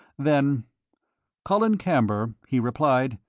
then colin camber, he replied,